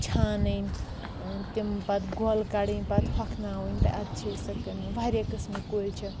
چھانٕنۍ تِم پتہٕ گۄل کَڑٕنۍ پتہٕ ہۄکھناوٕنۍ تہٕ ادٕ چھِ أسۍ سۄ کٕنان واریاہ قٕسمٕکۍ کُلۍ چھِ